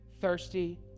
thirsty